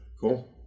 cool